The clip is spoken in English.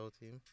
team